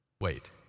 Wait